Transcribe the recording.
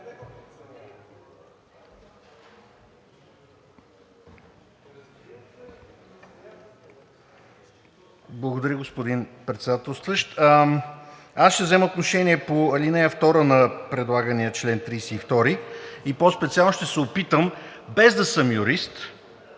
Благодаря, господин Председателстващ. Аз ще взема отношение по ал. 2 на предлагания чл. 32 и по-специално ще се опитам, без да съм юрист